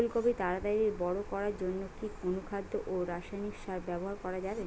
ফুল কপি তাড়াতাড়ি বড় করার জন্য কি অনুখাদ্য ও রাসায়নিক সার ব্যবহার করা যাবে?